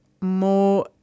more